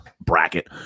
bracket